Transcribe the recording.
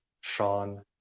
Sean